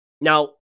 Now